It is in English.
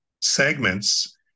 segments